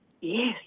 Yes